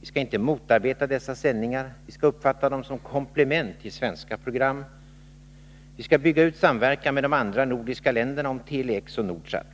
Vi skall inte motarbeta dessa sändningar. Vi skall uppfatta dem som komplement till svenska program. Vi skall bygga ut samverkan med de andra nordiska länderna om Tele-X och Nordsat.